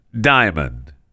diamond